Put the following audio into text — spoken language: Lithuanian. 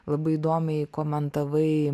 labai įdomiai komentavai